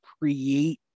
create